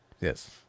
Yes